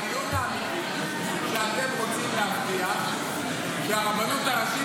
הדיון האמיתי הוא שאתם רוצים להבטיח שהרבנות הראשית